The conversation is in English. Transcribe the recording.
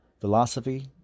philosophy